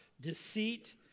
deceit